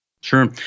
Sure